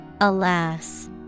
Alas